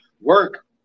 work